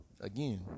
again